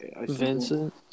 Vincent